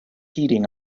heating